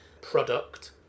product